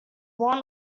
won